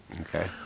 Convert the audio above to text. Okay